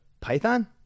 Python